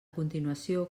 continuació